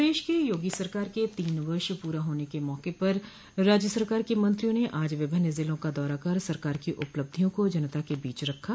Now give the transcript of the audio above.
प्रदेश की योगी सरकार के तीन वर्ष पूरा होने के मौके पर राज्य सरकार के मंत्रियों न आज विभिन्न जिलों का दौरा कर सरकार की उपलब्धियों को जनता के बीच रखा